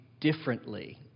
differently